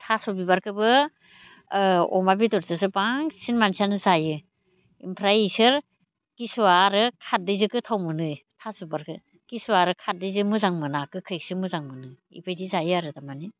थास' बिबारखौबो अमा बेदरजोंसो बांसिन मानसियानो जायो ओमफ्राय बिसोरो किसुआ आरो खारदैजों गोथाव मोनो थास' बिबारखौ किसुआ आरो खारदैजों मोजां मोना गोखैसो मोजां मोनो बेबायदि जायो आरो तारमाने